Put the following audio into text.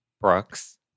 brooks